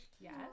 Yes